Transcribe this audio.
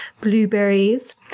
blueberries